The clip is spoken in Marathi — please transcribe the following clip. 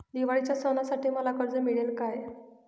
दिवाळीच्या सणासाठी मला कर्ज मिळेल काय?